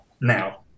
now